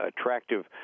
attractive